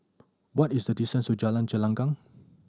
what is the distance to Jalan Gelenggang